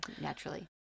naturally